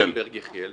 -- מר רוזנברג יחיאל,